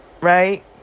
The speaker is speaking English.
Right